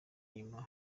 nyuma